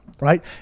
right